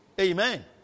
Amen